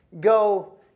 go